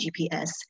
GPS